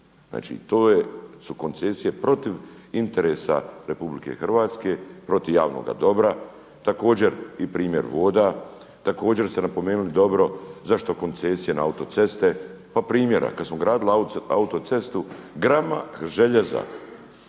Znači, to su koncesije protiv interesa Republike Hrvatske, protiv javnoga dobra, također i primjer voda. Također ste napomenuli dobro zašto koncesije na autoceste. Pa primjer, kad smo gradili auto-cestu gramak željeza